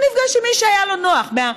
הוא נפגש עם מי שהיה נוח לו,